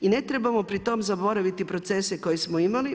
I ne trebamo pri tome zaboraviti procese koje smo imali.